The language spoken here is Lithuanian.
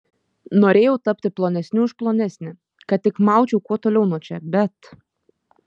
norėjau tapti plonesniu už plonesnį kad tik maučiau kuo toliau nuo čia bet